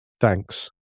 Thanks